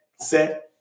set